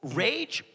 rage